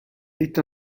est